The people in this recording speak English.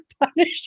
punishment